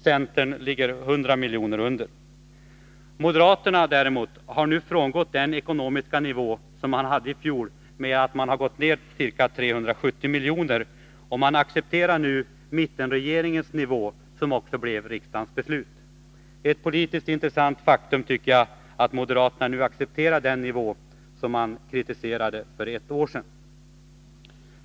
Centern ligger 100 miljoner under. Moderaterna har däremot nu frångått den ekonomiska nivå som de hade i fjol genom att gå ner med ca 370 miljoner. De accepterar nu mittenregeringens nivå, som också blev riksdagens beslut. Det är ett politiskt intressant faktum att moderaterna nu accepterar den nivå som de kritiserade för ett år sedan.